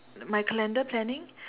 my calendar planning